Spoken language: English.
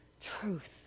truth